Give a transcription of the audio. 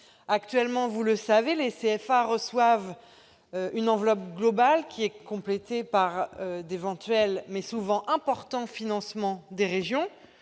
Actuellement, vous le savez, les CFA reçoivent une enveloppe globale, qui est complétée par d'éventuels financements, souvent importants, des régions.